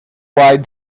lied